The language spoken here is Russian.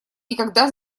никогда